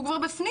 הוא כבר בפנים.